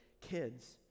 kids